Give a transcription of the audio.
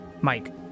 Mike